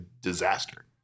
disaster